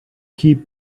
keep